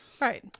Right